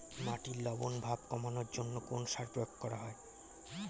মাটির লবণ ভাব কমানোর জন্য কোন সার প্রয়োগ করা হয়?